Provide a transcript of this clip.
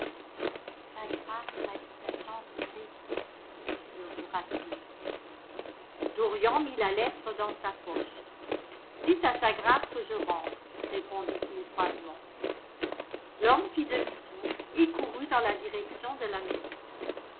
sa grâce m'a dit d'attendre une réponse murmura-t-il dorian mit la lettre dans sa poche dites à sa grâce que je rentre répondit-il froidement l'homme fit demi-tour et courut dans la direction de la maison